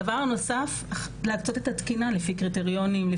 דבר נוסף, להקצות את התקינה לפי קריטריונים,